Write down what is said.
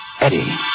Eddie